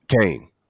Kane